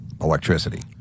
Electricity